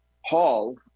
hall